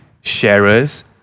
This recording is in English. sharers